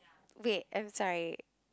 wait I'm sorry